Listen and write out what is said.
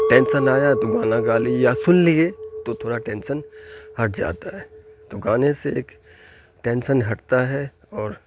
tension آیا تو گانا گا لیے یا سن لیے تو تھوڑا ٹینسن ہٹ جاتا ہے تو گانے سے ایک ٹینسن ہٹتا ہے اور